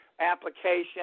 application